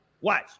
Watch